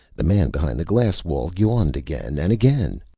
the man behind the glass wall yawned again and again.